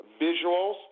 visuals